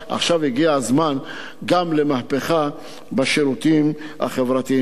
עכשיו הגיע הזמן גם למהפכה בשירותים החברתיים.